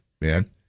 man